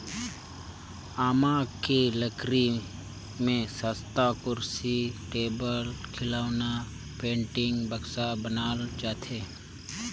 आमा के लकरी में सस्तहा कुरसी, टेबुल, खिलउना, पेकिंग, बक्सा बनाल जाथे